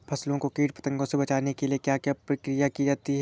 फसलों को कीट पतंगों से बचाने के लिए क्या क्या प्रकिर्या की जाती है?